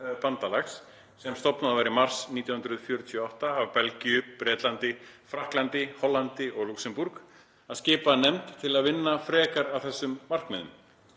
Brusselbandalags, sem stofnað var í mars 1948 af Belgíu, Bretlandi, Frakklandi, Hollandi og Lúxemborg, að skipa nefnd til að vinna frekar að þessum markmiðum.